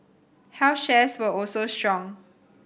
health shares were also strong